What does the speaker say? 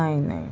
नाही नाही